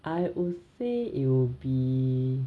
I would say it'll be